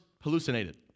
hallucinated